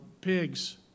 pigs